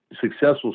successful